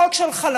חוק של חלשים.